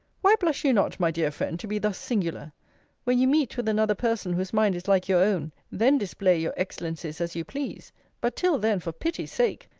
why blush you not, my dear friend, to be thus singular when you meet with another person whose mind is like your own, then display your excellencies as you please but till then, for pity's sake,